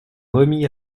remit